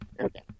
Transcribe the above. okay